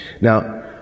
Now